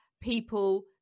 people